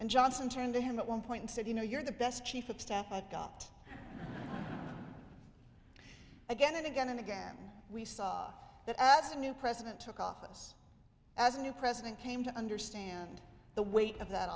and johnson turned to him at one point said you know you're the best chief of staff i've got again and again and again we saw that as the new president took office as a new president came to understand the weight of that